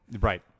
Right